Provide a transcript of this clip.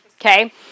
Okay